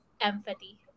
empathy